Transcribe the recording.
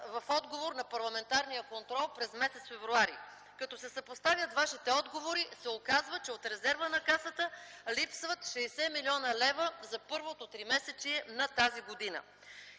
в отговор на парламентарния контрол през м. февруари. Като се съпоставят Вашите отговори се оказва, че от резерва на Касата липсват 60 млн. лв. за първото тримесечие на тази година.